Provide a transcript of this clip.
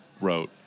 wrote